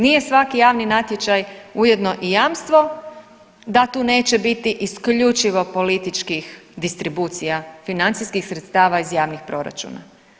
Nije svaki javni natječaj ujedno i jamstvo da tu neće biti isključivo političkih distribucija financijskih sredstava iz javnog proračuna.